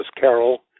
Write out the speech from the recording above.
Carol